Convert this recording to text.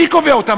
מי קובע אותם?